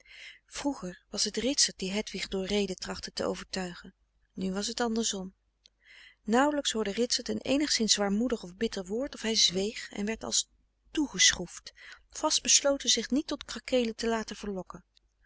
vroeger was t ritsert die hedwig door rede trachtte te overtuigen nu was t andersom nauwelijks hoorde ritsert een eenigszins zwaarmoedig of bitter woord of hij zweeg en werd als toegeschroefd vastbesloten zich niet tot krakeelen te laten verlokken